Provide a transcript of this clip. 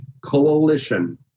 coalition